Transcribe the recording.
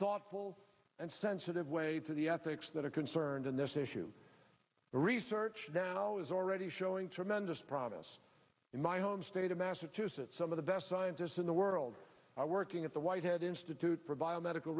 thoughtful and sensitive way to the ethics that are concerned in this issue the research now is already showing tremendous promise in my home state of massachusetts some of the best scientists in the world are working at the white head institute providing medical